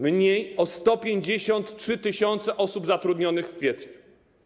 Mniej o 153 tys. osób zatrudnionych w kwietniu.